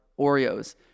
Oreos